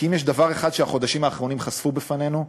כי אם יש דבר אחד שהחודשים האחרונים חשפו בפנינו,